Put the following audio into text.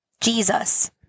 Jesus